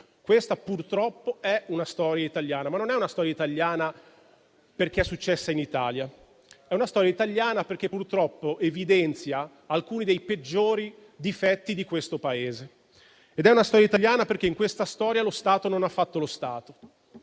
questa, purtroppo, è una storia italiana. Non è una storia italiana perché è successa in Italia, ma perché purtroppo evidenzia alcuni dei peggiori difetti di questo Paese. È una storia italiana perché lo Stato non ha fatto lo Stato,